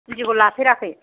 इन्दिखौ लाफेराखै